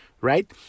right